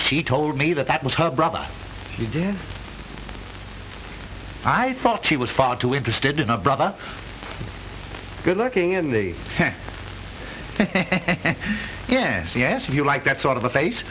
she told me that that was her brother you did i thought she was far too interested in a brother good looking in the yass yes if you like that sort of a face